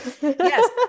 Yes